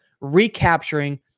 recapturing